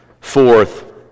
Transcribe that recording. Fourth